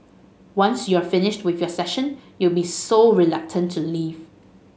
once you're finished with your session you'll be so reluctant to leave